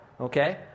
okay